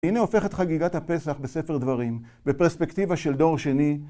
הנה הופך את חגיגת הפסח בספר דברים בפרספקטיבה של דור שני.